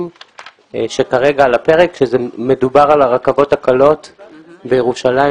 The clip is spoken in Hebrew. כאשר מדובר על הרכבות הקלות בירושלים,